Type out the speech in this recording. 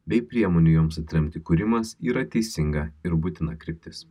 bei priemonių joms atremti kūrimas yra teisinga ir būtina kryptis